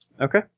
Okay